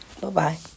Bye-bye